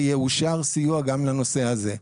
ויאושר סיוע גם לנושא הזה.